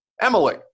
Emily